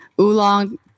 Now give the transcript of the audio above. oolong